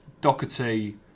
Doherty